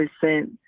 percent